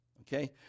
Okay